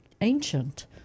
ancient